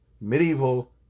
medieval